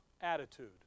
attitude